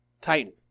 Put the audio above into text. Titan